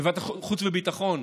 בוועדת החוץ והביטחון,